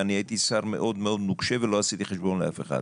ואני הייתי שר מאוד נוקשה ולא עשיתי חשבון לאף אחד.